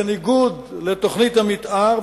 בניגוד לתוכנית המיתאר,